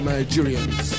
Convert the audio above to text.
Nigerians